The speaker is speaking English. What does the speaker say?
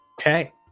Okay